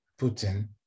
putin